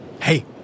Hey